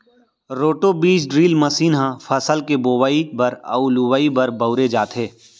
roto बीज drill machine ह फसल के बोवई बर अउ लुवाई बर बउरे जाथे